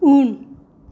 उन